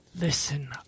Listen